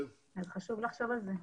חשוב לחשוב על זה.